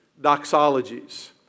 doxologies